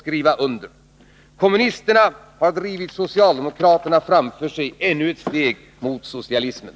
Kommunisterna har drivit socialdemokraterna framför sig ännu ett steg mot socialismen.